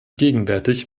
gegenwärtig